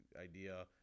idea